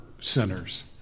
sinners